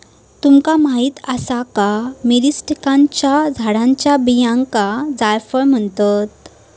तुमका माहीत आसा का, मिरीस्टिकाच्या झाडाच्या बियांका जायफळ म्हणतत?